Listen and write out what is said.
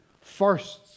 firsts